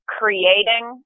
creating